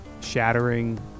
shattering